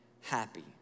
happy